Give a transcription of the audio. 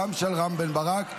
גם של רם בן ברק,